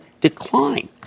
decline